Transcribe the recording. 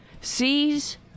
sees